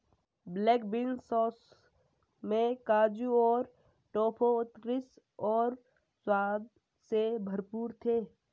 black bean sauce में काजू और टोफू उत्कृष्ट और स्वाद से भरपूर थे